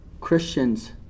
Christians